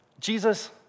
Jesus